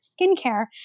skincare